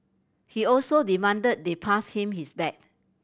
he also demanded they pass him his bag